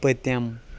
پٔتِم